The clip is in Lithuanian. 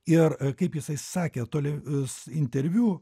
ir kaip jisai sakė toli interviu